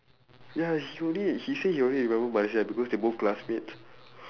ya he only he say he only remember because they both classmates